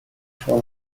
for